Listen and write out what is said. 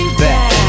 back